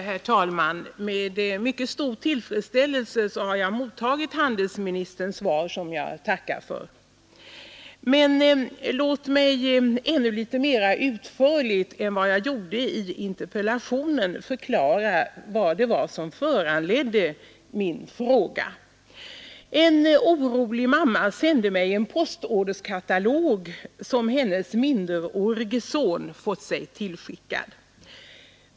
Herr talman! Med mycket stor tillfredsställelse har jag mottagit handelsministerns svar, som jag tackar för. Tillåt mig emellertid att litet mera utförligt än i interpellationen förklara vad det var som föranledde min fråga. En orolig mamma sände mig en postorderkatalog, som hennes minderårige son hade fått sig tillskickad.